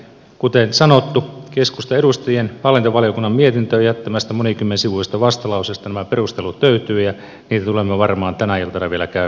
kuten sanottu keskustan edustajien hallintovaliokunnan mietintöön jättämästä monikymmensivuisesta vastalauseesta nämä perustelut löytyvät ja niitä tulemme varmaan tänä iltana vielä käymään lävitse